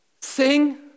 Sing